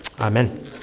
Amen